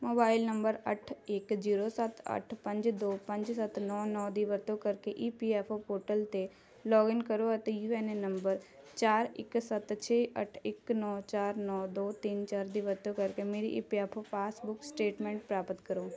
mobile number ਅੱਠ ਇੱਕ zero ਸੱਤ ਅੱਠ ਪੰਜ ਦੋ ਪੰਜ ਸੱਤ ਨੌ ਨੌ ਦੀ ਵਰਤੋਂ ਕਰਕੇ E P F O portal 'ਤੇ ਲੌਗਇਨ ਕਰੋ ਅਤੇ ਯੂ ਐੱਨ ਏ ਨੰਬਰ ਚਾਰ ਇੱਕ ਸੱਤ ਛੇ ਅੱਠ ਇੱਕ ਨੌ ਚਾਰ ਨੌ ਦੋ ਤਿੰਨ ਚਾਰ ਦੀ ਵਰਤੋਂ ਕਰਕੇ ਮੇਰੀ E P F O passbook statement ਪ੍ਰਾਪਤ ਕਰੋ